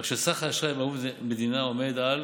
כך שסך האשראי בערבות מדינה עומד על